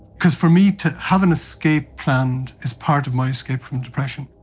because for me to have an escape plan is part of my escape from depression.